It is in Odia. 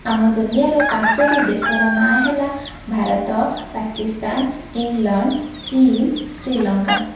ଆମ ଦୁନିଆର ପାଞ୍ଚୋଟି ଦେଶର ନାଁ ହେଲା ଭାରତ ପାକିସ୍ତାନ ଇଂଲଣ୍ଡ ଚୀନ୍ ଶ୍ରୀଲଙ୍କା